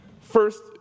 First